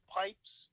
pipes